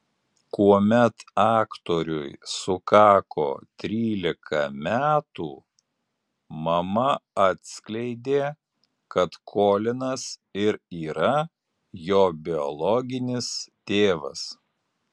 kuomet aktoriui sukako trylika metų mama atskleidė kad kolinas ir yra jo biologinis tėvas